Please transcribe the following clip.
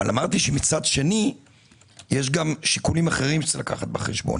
אבל אמרתי שמצד שני יש גם שיקולים אחרים שצריך לקחת בחשבון.